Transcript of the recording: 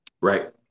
Right